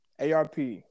ARP